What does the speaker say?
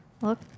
Look